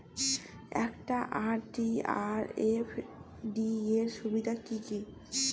একটা আর.ডি আর এফ.ডি এর সুবিধা কি কি?